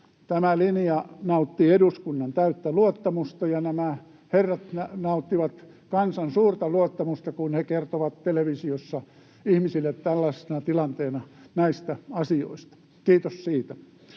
Tämä linja nauttii eduskunnan täyttä luottamusta, ja nämä herrat nauttivat kansan suurta luottamusta, kun he kertovat televisiossa ihmisille tällaisessa tilanteessa näistä asioista — kiitos siitä.